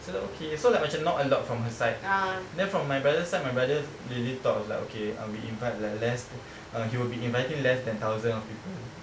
so okay so like macam not a lot from her side then from my brother side my brother really thought was like okay I will invite like less err he will be inviting like less than a thousand of people